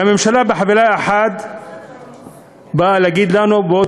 והממשלה בחבילה אחת באה להגיד לנו: בואו